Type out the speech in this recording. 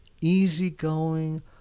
easygoing